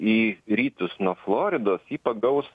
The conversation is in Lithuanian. į rytus nuo floridos jį pagaus